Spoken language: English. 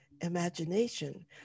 imagination